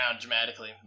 dramatically